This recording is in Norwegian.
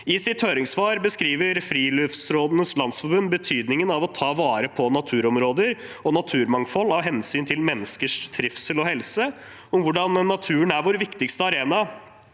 I sitt høringssvar beskriver Friluftsrådenes Landsforbund betydningen av å ta vare på naturområder og naturmangfold av hensyn til menneskers trivsel og helse, hvordan naturen er vår viktigste arena